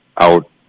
out